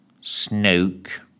Snook